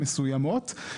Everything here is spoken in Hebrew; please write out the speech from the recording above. מסוימות.